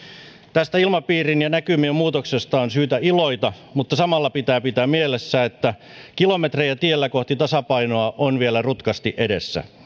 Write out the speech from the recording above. tästä ilmapiirin ja näkymien muutoksesta on syytä iloita mutta samalla pitää pitää mielessä että kilometrejä tiellä kohti tasapainoa on vielä rutkasti edessä